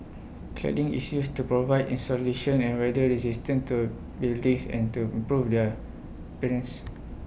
cladding is used to provide insulation and weather resistance to buildings and to improve their appearance